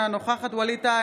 אינה נוכחת ווליד טאהא,